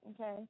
Okay